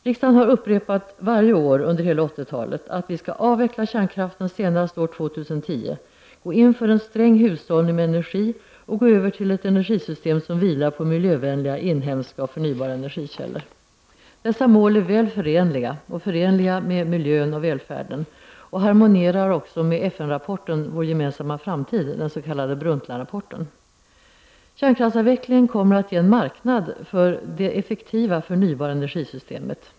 Riksdagen har varje år under hela 80-talet upprepat att vi skall avveckla kärnkraften senast år 2010, gå in för en sträng hushållning med energi och gå över till ett energisystem som vilar på miljövänliga inhemska och förnybara energikällor. Dessa mål är väl förenliga och även förenliga med miljön och välfärden. De harmonierar också med FN-rapporten Vår gemensamma framtid, den s.k. Brundtlandrapporten. Kärnkraftsavvecklingen kommer att ge en marknad för det effektiva, förnybara energisystemet.